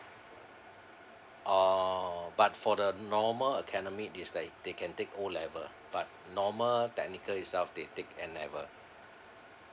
oh but for the normal academic is like they can take o level but normal technical itself they take n level